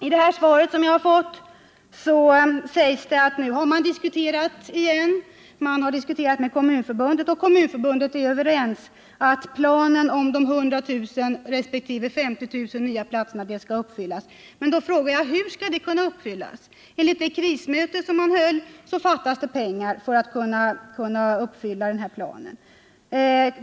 I svaret som jag har fått sägs det att man har diskuterat med Kommunförbundet, och parterna är överens om att planen med de 100 000 resp. 50 000 nya platserna skall uppfyllas. Men då frågar jag: Hur skall planen kunna uppfyllas? Enligt det krismöte man höll fattas det pengar för att man skall kunna uppfylla planen.